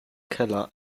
keller